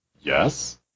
Yes